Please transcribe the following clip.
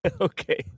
Okay